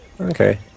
Okay